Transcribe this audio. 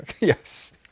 yes